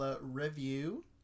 Review